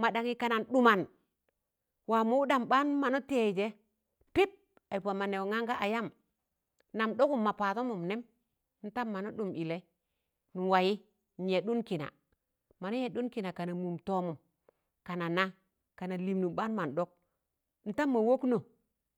ma ɗaṇyị kanan ɗụman waa mụ wụdam ɓaan ma na taịjẹ pịp ụpam mọn nẹẹgọ ngan ga ayam nam ɗọgụm mọ padọnụm nẹm ntam mana dụm ịlẹ nwaịị nyẹdụn kịna mana yẹdụn kịna kana mụm tọọmụm kana na, kana lịịnụm ɓaan man ɗọk ntam ma wọknọ.